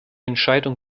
entscheidung